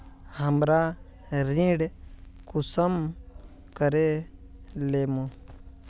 हमरा ऋण कुंसम करे लेमु?